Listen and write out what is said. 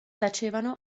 tacevano